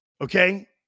okay